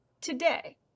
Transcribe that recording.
Today